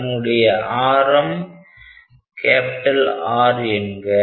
அதனுடைய ஆரம் R என்க